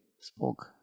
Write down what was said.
spoke